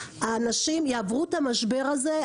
האנשים יעברו את המשבר הזה.